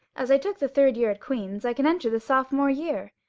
as i took the third year at queen's i can enter the sophomore year.